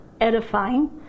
edifying